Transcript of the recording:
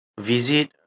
visit